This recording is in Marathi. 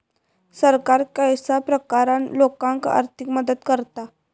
सरकार कश्या प्रकारान लोकांक आर्थिक मदत करता?